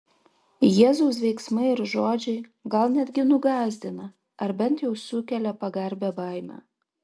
jėzaus veiksmai ir žodžiai gal netgi nugąsdina ar bent jau sukelia pagarbią baimę